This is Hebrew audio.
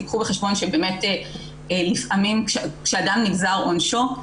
תקחו בחשבון שבאמת לפעמים כשאדם נגזר עונשו,